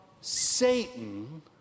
Satan